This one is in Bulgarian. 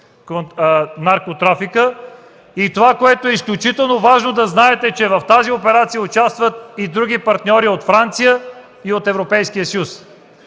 наркотрафика, и това, което е изключително важно да знаете, е, че в тази операция участват други партньори от Франция и Европейския съюз.